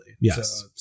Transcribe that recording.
Yes